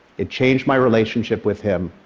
it changed my relationship with him,